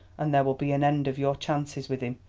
and there will be an end of your chances with him,